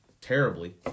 terribly